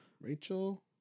Rachel